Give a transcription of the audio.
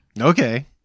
Okay